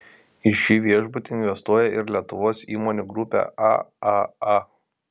į šį viešbutį investuoja ir lietuvos įmonių grupė aaa